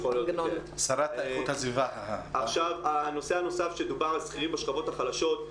הנושא הנוסף שדובר על שכירים בשכבות החלשות.